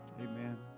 Amen